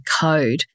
code